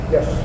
Yes